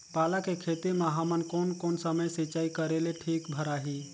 पाला के खेती मां हमन कोन कोन समय सिंचाई करेले ठीक भराही?